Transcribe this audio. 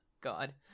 God